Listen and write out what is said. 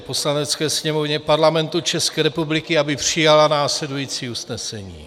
Poslanecké sněmovně Parlamentu České republiky, aby přijala následující usnesení: